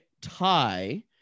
tie